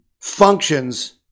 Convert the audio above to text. functions